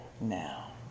now